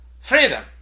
freedom